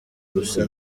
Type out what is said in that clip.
gusa